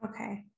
okay